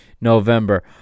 November